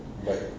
but